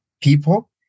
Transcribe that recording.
people